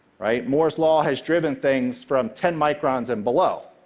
moore's law has driven things from ten microns and below.